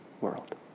world